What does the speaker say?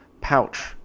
pouch